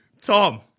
tom